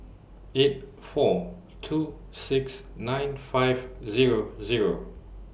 eight four two six nine five Zero Zero